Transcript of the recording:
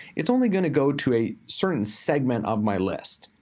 it's only gonna go to a certain segment of my lists.